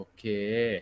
Okay